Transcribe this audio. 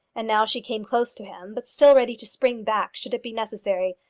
and now she came close to him, but still ready to spring back should it be necessary,